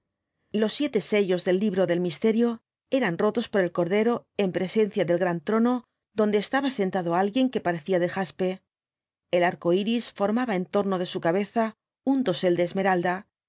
los siete sellos del libro del misterio eran rotos por el cordero en presencia del gran trono donde estaba sentado alguien que parecía de jaspe el arco iris formaba en torno de su cabeza un dosel de esmeralda